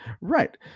Right